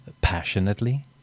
passionately